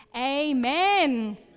Amen